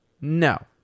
no